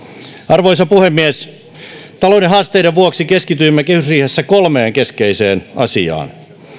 arvoisa puhemies talouden haasteiden vuoksi keskityimme kehysriihessä kolmeen keskeiseen asiaan